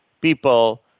people